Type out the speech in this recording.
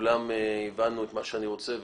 שהובנו הדברים שאני רוצה,